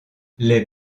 les